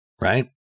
right